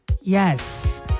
Yes